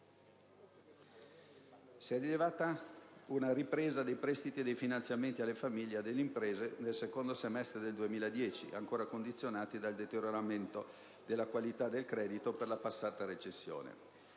Si è rilevata una ripresa dei prestiti e dei finanziamenti alle famiglie ed alle imprese nel secondo semestre 2010, ancora condizionati dal deterioramento della qualità del credito per la passata recessione.